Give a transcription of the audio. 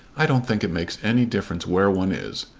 i don't think it makes any difference where one is,